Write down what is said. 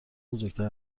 بزرگتر